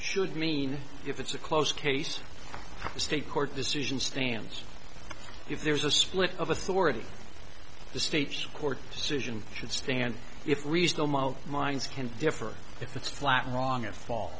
should mean if it's a close case a state court decision stands if there's a split of authority the state's court decision should stand if minds can differ if it's flat wrong it fall